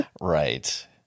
Right